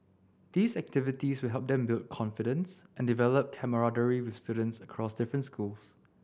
these activities will help them build confidence and develop camaraderie with students across different schools